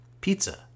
pizza